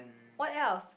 what else